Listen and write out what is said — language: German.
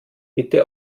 bitte